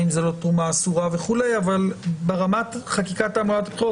האם זה לא תרומה אסורה וכולי אבל ברמת חקיקת החוק,